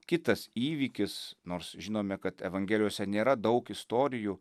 kitas įvykis nors žinome kad evangelijose nėra daug istorijų